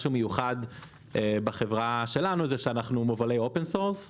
מה שמיוחד בחברה שלנו זה שאנחנו מובילי open source,